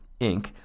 Inc